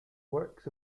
works